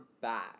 back